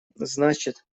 значит